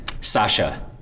Sasha